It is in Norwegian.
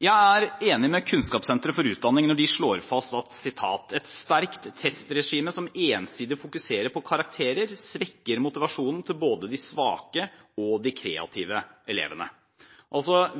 Jeg er enig med Kunnskapssenter for utdanning når de slår fast at et sterkt testregime som ensidig fokuserer på karakterer, svekker motivasjonen til både de svake og de kreative elevene.